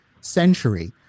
century